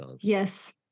Yes